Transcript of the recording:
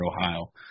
Ohio